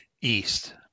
east